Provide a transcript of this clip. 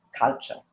culture